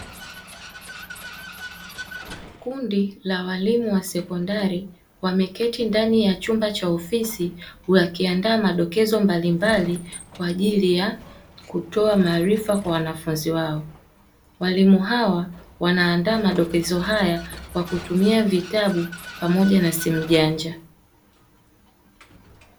Kundi la walimu wa sekondari wameketi ndani ya chumba cha ofisi wakiandaa madokezo mbalimbali kwa ajili ya kutoa maarifa kwa wanafunzi wao. Walimu hawa wanaandaa madokezo haya kwa kutumia vitabu pamoja na simu janja.